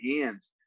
hands